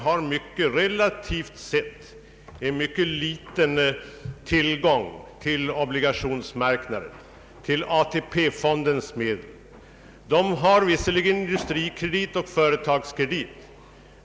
De har relativt sett mycket liten tillgång till obligationsmarknaden och till ATP fondens medel. De har visserligen möjlighet att få vissa krediter via Industrikredit och Företagskredit.